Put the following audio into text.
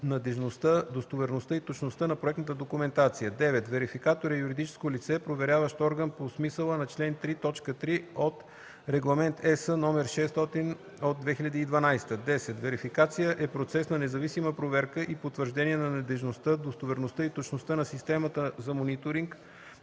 надеждността, достоверността и точността на проектната документация. 9. „Верификатор” е юридическо лице – проверяващ орган по смисъла на чл. 3, т. 3 от Регламент (ЕС) № 600/2012. 10. „Верификация” е процес на независима проверка и потвърждение на надеждността, достоверността и точността на системата за мониторинг